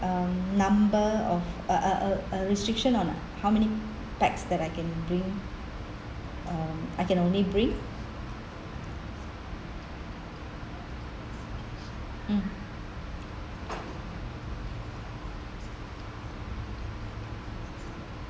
um number of uh uh uh uh restriction on how many pax that I can bring um I can only bring mm